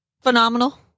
Phenomenal